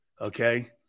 Okay